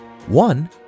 One